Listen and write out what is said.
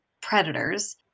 predators